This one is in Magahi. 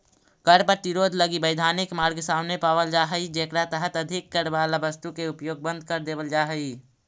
कर प्रतिरोध लगी वैधानिक मार्ग सामने पावल जा हई जेकरा तहत अधिक कर वाला वस्तु के उपयोग बंद कर देवल जा हई